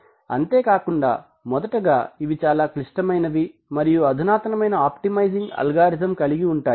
అంతేకాకుండా మొదటగా ఇవి చాలా క్లిష్టమైనవి మరియు అధునాతనమైన ఆప్టిమైజింగ్ అల్గారిథం కలిగి ఉంటాయి